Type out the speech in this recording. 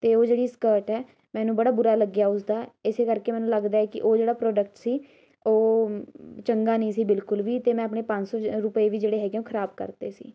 ਅਤੇ ਉਹ ਜਿਹੜੀ ਸਕਰਟ ਹੈ ਮੈਨੂੰ ਬੜਾ ਬੁਰਾ ਲੱਗਿਆ ਉਸਦਾ ਇਸੇ ਕਰਕੇ ਮੈਨੂੰ ਲੱਗਦਾ ਹੈ ਕਿ ਉਹ ਜਿਹੜਾ ਪ੍ਰੋਡਕਟ ਸੀ ਉਹ ਚੰਗਾ ਨਹੀਂ ਸੀ ਬਿਲਕੁਲ ਵੀ ਅਤੇ ਮੈਂ ਆਪਣੇ ਪੰਜ ਸੌ ਜ ਰੁਪਏ ਵੀ ਜਿਹੜੇ ਹੈਗੇ ਆ ਉਹ ਖ਼ਰਾਬ ਕਰਤੇ ਸੀ